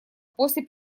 после